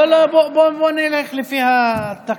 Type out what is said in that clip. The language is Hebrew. לא, לא, בוא נלך לפי התקנון.